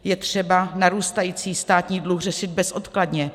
Je třeba narůstající státní dluh řešit bezodkladně.